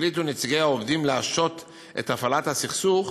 החליטו נציגי העובדים להשהות את הפעלת הסכסוך